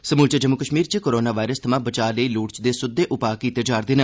समूलचे जम्मू कश्मीर च corona virus थमां बचा लेई लोड़चदे सुद्दे उपाऽ कीते जा'रदे न